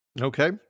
Okay